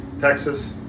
Texas